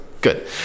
Good